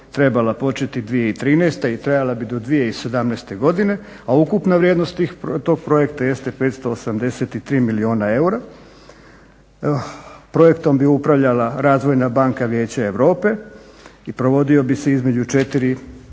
trebala početi 2013. i trebala bi do 2017. a ukupna vrijednost tog projekta jeste 583 milijuna eura. Projektom bi upravljala Razvojna banka, vijeće Europe i provodio bi se između četiri